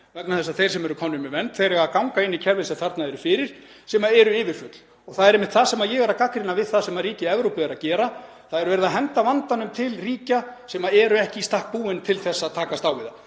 vegna þess að þeir sem eru komnir með vernd eiga að ganga inn í kerfi sem þarna eru fyrir sem eru yfirfull. Það er einmitt það sem ég er að gagnrýna við það sem ríki Evrópu eru að gera, það er verið að henda vandanum til ríkja sem eru ekki í stakk búin til að takast á við hann.